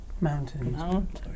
mountains